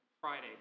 Friday